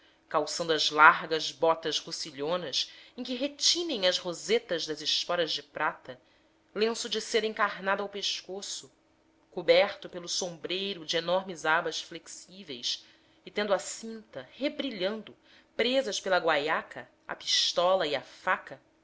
as largas botas russilhonas em que retinem as rosetas das esporas de prata lenço de seda encarnado ao pescoço coberto pelo sombreiro de enormes abas flexíveis e tendo à cinta rebrilhando presas pela guaiaca a pistola e a faca